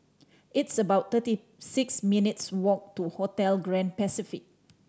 it's about thirty six minutes' walk to Hotel Grand Pacific